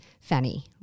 fanny